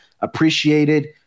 appreciated